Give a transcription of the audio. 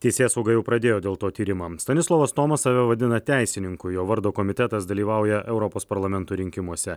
teisėsauga jau pradėjo dėl to tyrimą stanislovas tomas save vadina teisininku jo vardo komitetas dalyvauja europos parlamento rinkimuose